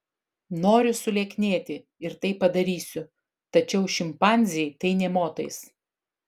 noriu sulieknėti ir tai padarysiu tačiau šimpanzei tai nė motais